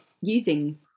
using